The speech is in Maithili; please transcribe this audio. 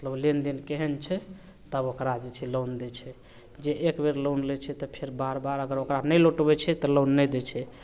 मतलब लेनदेन केहन छै तब ओकरा जे छै लोन दै छै जे एक बेर लोन लै छै तऽ फेर बेर बेर ओकरा नहि लौटबै छै तऽ लोन नहि दै छै